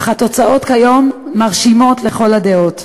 אך התוצאות כיום מרשימות לכל הדעות,